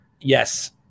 yes